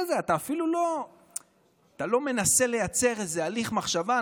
אתה אפילו לא מנסה לייצר איזה הלך מחשבה.